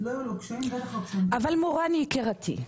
כמו שאמרתי,